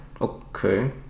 okay